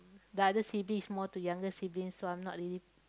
the other sibling more to younger sibling so I'm not really